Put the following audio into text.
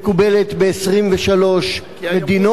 שמקובלת ב-23 מדינות,